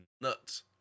nuts